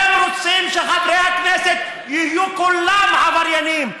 אתם רוצים שחברי הכנסת יהיו כולם עבריינים,